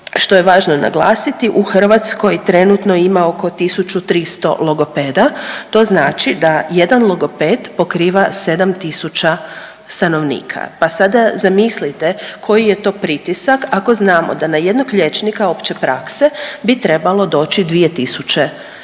što je važno naglasiti u Hrvatskoj trenutno ima oko 1300 logopeda. To znači da jedan logoped pokriva 7000 stanovnika, pa sada zamislite koji je to pritisak ako znamo da na jednog liječnika opće prakse bi trebalo doći 2000 stanovnika